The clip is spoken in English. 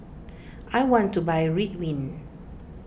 I want to buy Ridwind